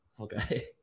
Okay